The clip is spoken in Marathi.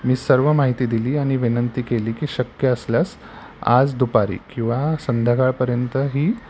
मी सर्व माहिती दिली आणि विनंती केली की शक्य असल्यास आज दुपारी किंवा संध्याकाळपर्यंत ही